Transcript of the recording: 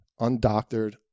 undoctored